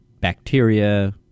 bacteria